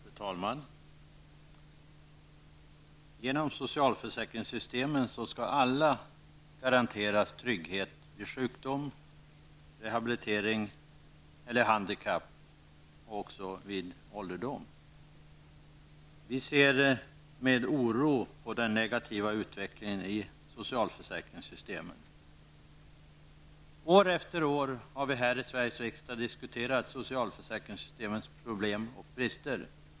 Fru talman! Genom socialförsäkringssystemen skall alla garanteras trygghet vid sjukdom, rehabilitering, handikapp eller ålderdom. Vi ser med oro på den negativa utvecklingen i socialförsäkringssystemen. År efter år har vi här i Sveriges riksdag diskuterat socialförsäkringssystemens problem och brister.